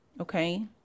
okay